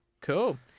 Cool